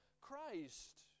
christ